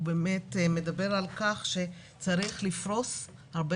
הוא באמת מדבר על כך שצריך לפרוס הרבה